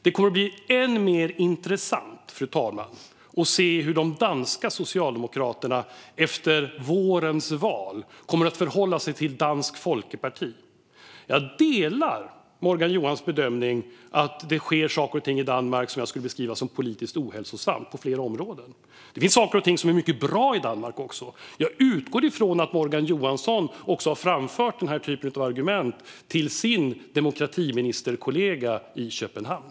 Det kommer att bli än mer intressant, fru talman, att se hur de danska socialdemokraterna efter vårens val kommer att förhålla sig till Dansk Folkeparti. Jag delar Morgan Johanssons bedömning att det sker saker och ting i Danmark som jag skulle beskriva som politiskt ohälsosamma på flera områden. Det finns även saker och ting som är mycket bra i Danmark. Jag utgår från att Morgan Johansson har framfört denna typ av argument till sin demokratiministerkollega i Köpenhamn.